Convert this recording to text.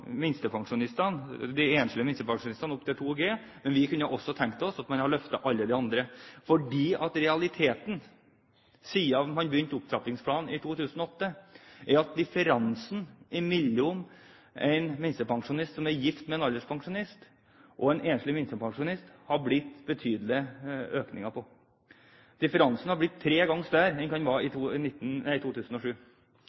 de enslige minstepensjonistene opp til 2 G, men vi kunne tenke oss at man også løftet alle de andre. For realiteten er at siden man begynte opptrappingsplanen i 2008 har differansen mellom en minstepensjonist som er gift med en alderspensjonist, og en enslig minstepensjonist, økt betydelig. Differansen hadde blitt tre ganger større enn hva den var i